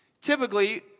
typically